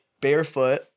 barefoot